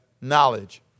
knowledge